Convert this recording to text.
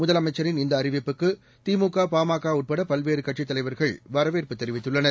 முதலமைச்சரின் இந்த அறிவிப்புக்கு திமுக பாமக உட்பட பல்வேறு கட்சித் தலைவர்கள் வரவேற்பு தெரிவித்துள்ளனர்